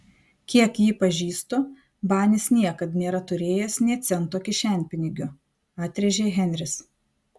kiek jį pažįstu banis niekad nėra turėjęs nė cento kišenpinigių atrėžė henris